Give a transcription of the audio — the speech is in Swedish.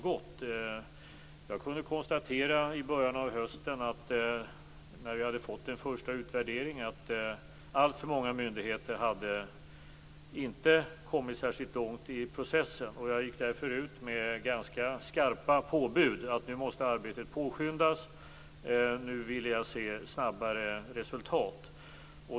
När vi hade fått den första utvärderingen i början av hösten kunde jag konstatera att alltför många myndigheter inte hade kommit särskilt långt i processen. Jag gick därför ut med ganska skarpa påbud om att arbetet måste påskyndas och att jag ville se snabbare resultat.